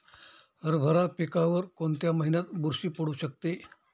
हरभरा पिकावर कोणत्या महिन्यात बुरशी पडू शकते?